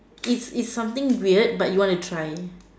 it's it's something weird but you want to try